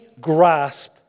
grasp